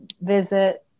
visit